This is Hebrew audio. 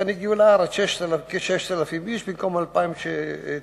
לכן הגיעו לארץ כ-6,000 איש במקום ה-2,000 שצפינו.